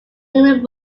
england